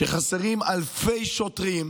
כשחסרים אלפי שוטרים,